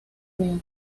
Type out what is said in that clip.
unidos